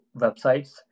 websites